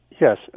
Yes